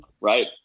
right